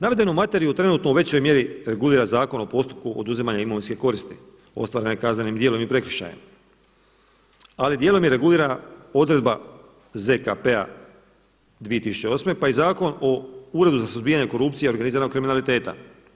Navedenu materiju trenutno u većoj mjeri regulira Zakon o postupku oduzimanja imovinske koristi ostvarene kaznenim djelom i prekršajem, ali dijelom i regulirana odredba ZKP-a 2008. pa je Zakon o Uredu za suzbijanju korupcije i organiziranog kriminaliteta.